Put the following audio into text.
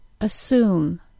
assume